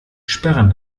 sperren